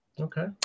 Okay